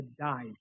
died